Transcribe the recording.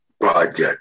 project